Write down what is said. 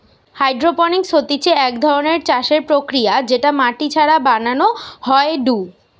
hydroponics হতিছে এক ধরণের চাষের প্রক্রিয়া যেটা মাটি ছাড়া বানানো হয়ঢু